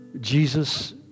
Jesus